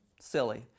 silly